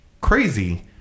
crazy